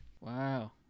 wow